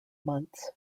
months